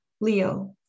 Leo